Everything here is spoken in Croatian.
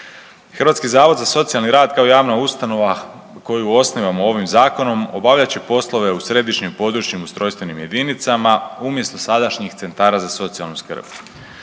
Hrvatski zavod za socijalni rad kao javna ustanova koju osnivamo ovim Zakonom, obavljat će poslove u središnjim, područnim ustrojstvenim jedinicama, umjesto sadašnjih centara za socijalnu skrb.